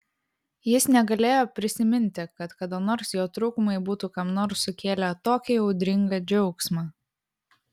jis negalėjo prisiminti kad kada nors jo trūkumai būtų kam nors sukėlę tokį audringą džiaugsmą